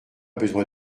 besoin